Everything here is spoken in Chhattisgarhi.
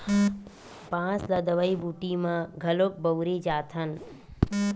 बांस ल दवई बूटी म घलोक बउरे जाथन